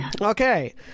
Okay